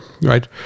right